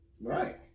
Right